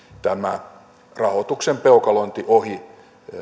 tämä rahoituksen peukalointi ohi